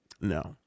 No